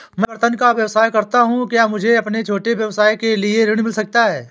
मैं बर्तनों का व्यवसाय करता हूँ क्या मुझे अपने छोटे व्यवसाय के लिए ऋण मिल सकता है?